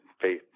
faith